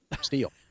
steel